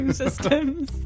systems